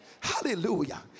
Hallelujah